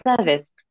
service